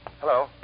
Hello